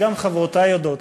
גם חברותי יודעות,